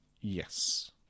Yes